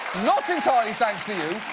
not entirely thanks to you,